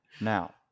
now